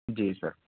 جی سر